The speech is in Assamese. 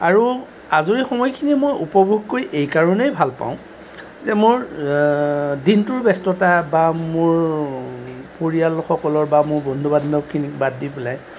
আৰু আজৰি সময়খিনি মই উপভোগ কৰি মই এইকাৰণেই ভালপাওঁ যে মোৰ দিনটোৰ ব্যস্ততা বা মোৰ পৰিয়ালসকলৰ বা মোৰ বন্ধু বান্ধৱখিনিক বাদ দি পেলাই